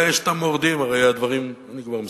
ויש המורדים, אני כבר מסיים,